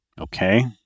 Okay